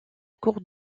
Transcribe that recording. cours